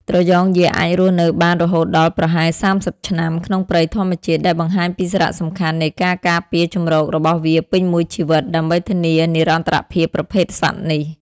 ត្រយងយក្សអាចរស់នៅបានរហូតដល់ប្រហែល ៣០ ឆ្នាំ ក្នុងព្រៃធម្មជាតិ ដែលបង្ហាញពីសារៈសំខាន់នៃការការពារជម្រករបស់វាពេញមួយជីវិត ដើម្បីធានានិរន្តរភាពប្រភេទសត្វនេះ។